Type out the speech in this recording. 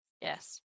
yes